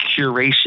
curation